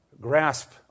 grasp